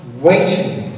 waiting